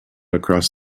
across